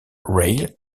rail